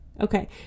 okay